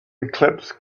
eclipse